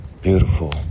beautiful